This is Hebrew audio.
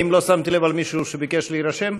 האם לא שמתי לב למישהו שביקש להירשם?